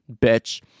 bitch